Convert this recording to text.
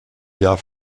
jahr